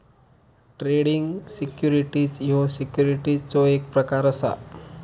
trading securities ह्यो सिक्युरिटीजचो एक प्रकार असा